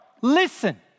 listen